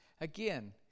Again